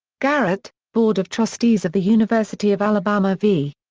garrett board of trustees of the university of alabama v.